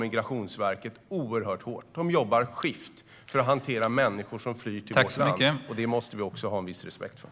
Migrationsverket jobbar oerhört hårt i dag. De jobbar skift för att hantera människor som flyr till vårt land, och det måste vi ha en viss respekt för.